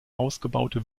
ausgebaute